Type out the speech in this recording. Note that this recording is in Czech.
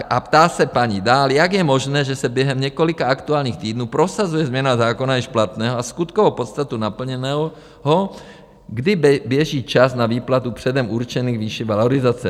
A ptá se paní dál: Jak je možné, že se během několika aktuálních týdnů prosazuje změna zákona již platného a skutkovou podstatu naplněného, kdy běží čas na výplatu předem určených výší valorizace?